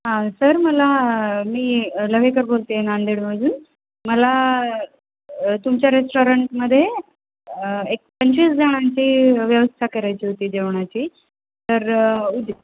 हा सर मला मी लवेकर बोलते आहे नांदेडमधून मला तुमच्या रेस्टॉरंटमध्ये एक पंचवीस जणांची व्यवस्था करायची होती जेवणाची तर उद्या